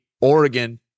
Oregon